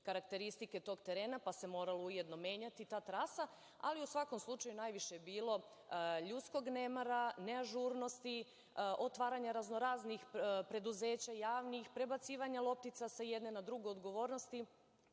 karakteristike tog terena, pa se mora ujedno menjati trasa, ali u svakom slučaju najviše je bilo ljudskog nemara, neažurnosti, otvaranja raznoraznih preduzeća, javni,h prebacivanja loptica sa jedne na drugu odgovornosti